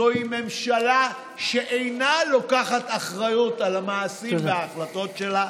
זוהי ממשלה שאינה לוקחת אחריות על המעשים וההחלטות שלה.